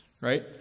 Right